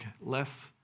less